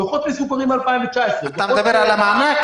דוחות מסוקרים 2019. אתה מדבר על המענק,